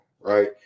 right